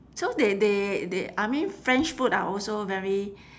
so they they they I mean french food are also very